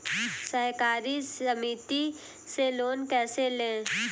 सहकारी समिति से लोन कैसे लें?